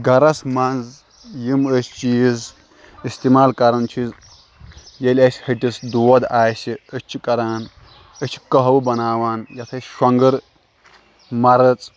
گَرَس منٛز یِم أسۍ چیٖز اِستعمال کَران چھِ ییٚلہِ اَسہِ ۂٹِس دود آسہِ أسۍ چھِ کَران أسۍ چھِ کَہوٕ بَناوان یَتھ أسۍ شۄنٛگٕر مَرٕژ